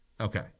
Okay